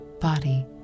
body